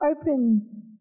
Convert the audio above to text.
open